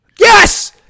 Yes